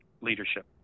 leadership